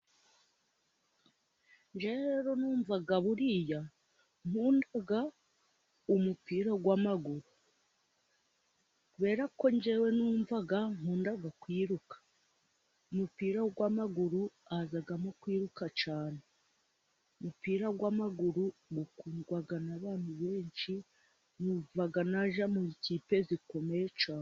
Njyewe rero numva buriya nkunda umupira w'amaguru, Kubera ko njyewe numvaga nkunda kwiruka. Umupira w'amaguru hazamo kwiruka cyane. Umupira w'amaguru ukundwa n'abantu benshi, numva najya mu ikipe zikomeye cyane.